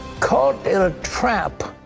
caught in a trap.